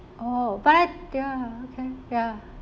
oh but I ya okay ya